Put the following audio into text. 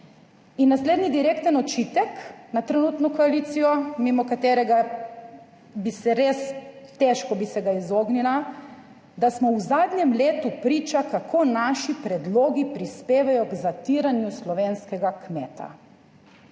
(nadaljevanje) na trenutno koalicijo, mimo katerega bi se res, težko bi se ga izognila, da smo v zadnjem letu priča kako naši predlogi prispevajo k zatiranju slovenskega kmeta.